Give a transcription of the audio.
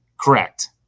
Correct